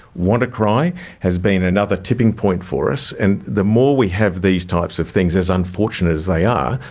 wannacry has been another tipping point for us, and the more we have these types of things, as unfortunate as they are,